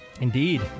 Indeed